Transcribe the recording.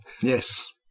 Yes